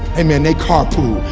amen. they carpooled.